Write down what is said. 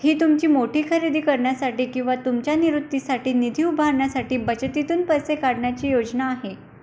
ही तुमची मोठी खरेदी करण्यासाठी किंवा तुमच्या निवृत्तीसाठी निधी उभारण्यासाठी बचतीतून पैसे काढण्याची योजना आहे